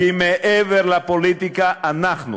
כי מעבר לפוליטיקה, אנחנו